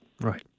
Right